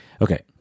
Okay